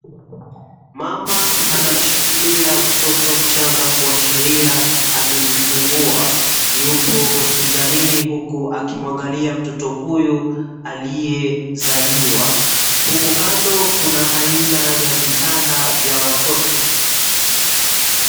Mama anamshikilia mtoto mchanga kuashiria amejufungua. Yupo hospitalini huku akimwangalia mtoto huyu aliyezaliwa. Huku kando kuna aina ya vitanda vya watoto.